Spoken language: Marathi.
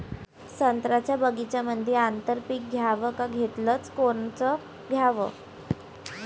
संत्र्याच्या बगीच्यामंदी आंतर पीक घ्याव का घेतलं च कोनचं घ्याव?